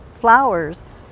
flowers